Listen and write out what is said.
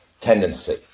tendency